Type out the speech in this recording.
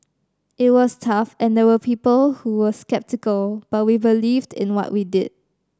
it was tough and there were people who were sceptical but we believed in what we did